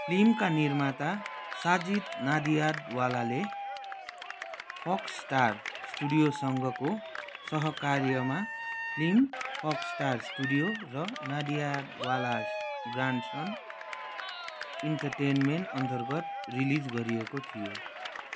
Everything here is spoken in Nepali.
फिल्मका निर्माता साजिद नाडियाडवालाले फक्स स्टार स्टुडियोसँगको सहकार्यमा फिल्म फक्स स्टार स्टुडियो र नाडियाडवाला ग्रान्डसन इन्टरटेनमेन्ट अन्तर्गत रिलिज गरिएको थियो